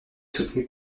soutenue